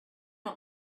not